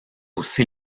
aussi